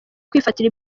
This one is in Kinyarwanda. kwifatira